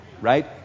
Right